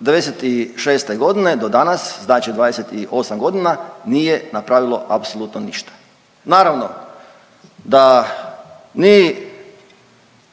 '96. godine do danas, znači 28 godina nije napravilo apsolutno ništa. Naravno da ni